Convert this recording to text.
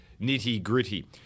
nitty-gritty